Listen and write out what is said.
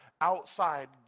outside